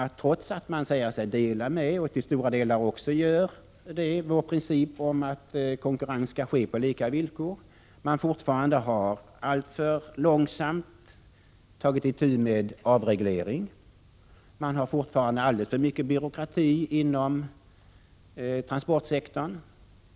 Trots att de säger sig hålla med om den moderata principen att konkurrens skall ske på lika villkor, är de alltför långsamma när det gäller att ta itu med avregleringen — det finns fortfarande alldeles för mycket byråkrati inom transportsektorn.